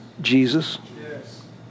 Jesus